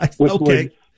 Okay